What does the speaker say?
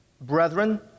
brethren